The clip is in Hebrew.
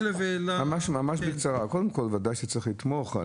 ודאי שצריך לתמוך.